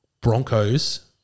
Broncos